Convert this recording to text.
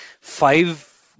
five